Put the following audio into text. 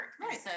right